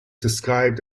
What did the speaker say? described